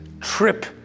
trip